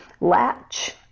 latch